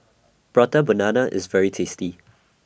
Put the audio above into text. Prata Banana IS very tasty